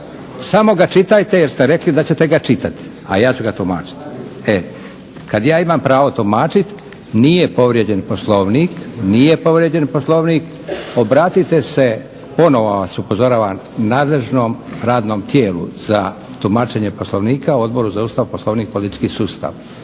Samo ga čitajte jer ste rekli da ćete ga čitati, a ja ću ga tumačiti. Kada ja imam pravo tumačiti, nije povrijeđen Poslovnik. Obratite se ponovo vas upozoravam nadležnom radnom tijelu za tumačenje Poslovnika Odboru za Ustav, Poslovnik i politički sustav,